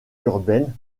urbaine